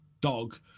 dog